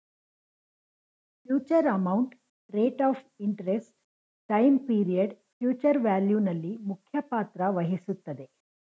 future amount, rate of interest, time period future value ನಲ್ಲಿ ಮುಖ್ಯ ಪಾತ್ರ ವಹಿಸುತ್ತದೆ